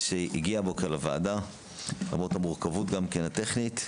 שהגיע לוועדה למרות המורכבות הטכנית.